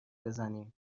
بزنیم